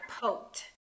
poked